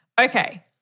Okay